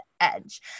Edge